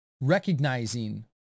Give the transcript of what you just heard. recognizing